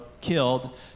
killed